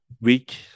week